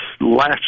last